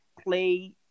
play